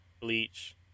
Bleach